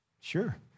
Sure